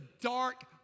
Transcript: dark